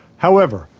however,